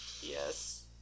Yes